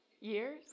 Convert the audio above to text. years